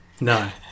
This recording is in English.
No